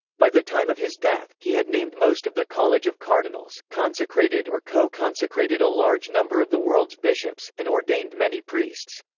by the time of his death, he had named most of the college of cardinals, consecrated or co-consecrated a large number of the world's bishops, and ordained many priests.